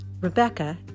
Rebecca